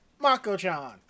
Mako-chan